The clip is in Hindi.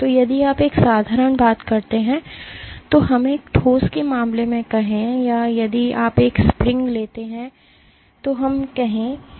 तो यदि आप एक साधारण बात करते हैं तो हमें एक ठोस के मामले में कहें या यदि आप एक स्प्रिंग लेते हैं तो हमें कहने दें